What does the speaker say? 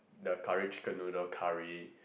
the curry chicken noodle curry